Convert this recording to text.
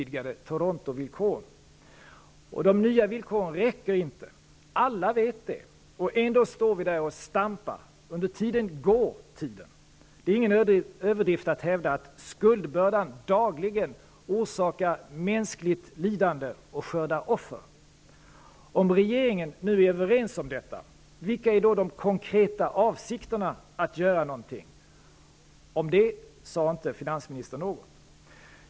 De nya villkoren räcker inte. Alla vet det, och ändå står vi där och stampar, medan tiden går. Det är ingen överdrift att hävda att skuldbördan dagligen orsakar mänskligt lidande och skördar offer. Om regeringen nu är överens om detta, vilka är då de konkreta avsikterna när det gäller att göra någonting? Om det sade inte finansministern något.